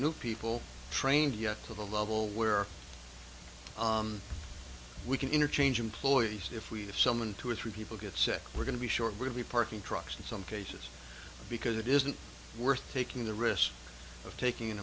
new people trained yet to the level where we can interchange employees if we have someone two or three people get said we're going to be short really parking trucks in some cases because it isn't worth taking the risk of taking an